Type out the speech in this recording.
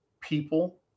people